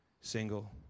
single